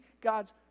God's